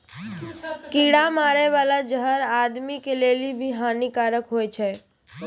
कीड़ा मारै बाला जहर आदमी के लेली भी हानि कारक हुवै छै